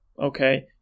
okay